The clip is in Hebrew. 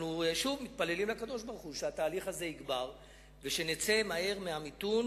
אנחנו שוב מתפללים לקדוש-ברוך-הוא שהתהליך הזה יגבר ושנצא מהר מהמיתון,